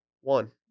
One